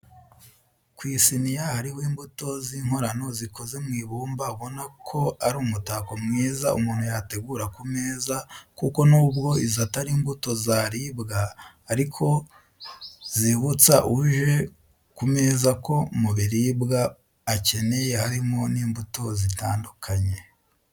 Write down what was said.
Ku isiniya hariho imbuto z'inkorano zikoze mu ibumba ubona ko ari umutako mwiza umuntu yategura ku meza kuko nubwo izo atari imbuto zaribwa ariko zibutsa uje ku meza ko mu biribwa akeneye harimo n'imbuto zitandukanye.